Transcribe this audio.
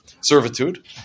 servitude